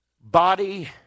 Body